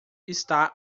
está